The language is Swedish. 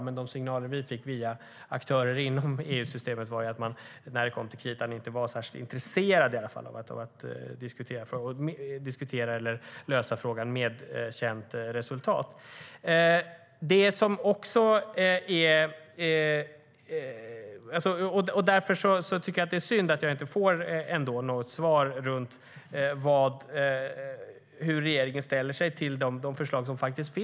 Men de signaler vi fick via aktörer inom EU-systemet var att man när det kom till kritan inte var särskilt intresserad av att diskutera eller lösa frågan - med känt resultat. Därför tycker jag att det är synd att jag inte får något svar på hur regeringen ställer sig till de förslag som finns på bordet.